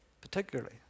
particularly